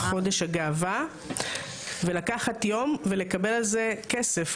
חודש הגאווה ולקחת יום ולקבל על זה כסף,